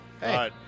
Hey